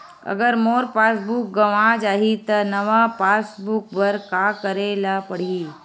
अगर मोर पास बुक गवां जाहि त नवा पास बुक बर का करे ल पड़हि?